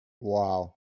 Wow